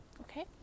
okay